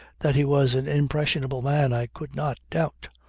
that he was an impressionable man i could not doubt.